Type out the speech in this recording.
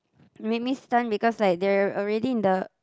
made me stunned because like they are already in the